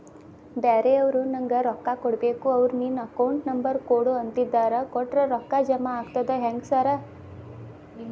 ಬ್ಯಾರೆವರು ನಂಗ್ ರೊಕ್ಕಾ ಕೊಡ್ಬೇಕು ಅವ್ರು ನಿನ್ ಅಕೌಂಟ್ ನಂಬರ್ ಕೊಡು ಅಂತಿದ್ದಾರ ಕೊಟ್ರೆ ರೊಕ್ಕ ಜಮಾ ಆಗ್ತದಾ ಹೆಂಗ್ ಸಾರ್?